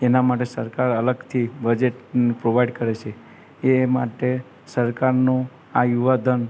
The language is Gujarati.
એના માટે સરકાર અલગથી બજેટને પ્રોવાઈડ કરે છે એ માટે સરકારનું આ યુવા ધન